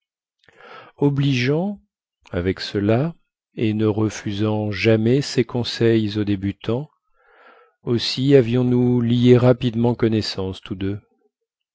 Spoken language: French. obligeant avec cela et ne refusant jamais ses conseils aux débutants aussi avions-nous lié rapidement connaissance tous deux